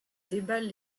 déballe